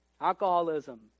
Alcoholism